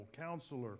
Counselor